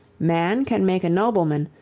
man can make a nobleman,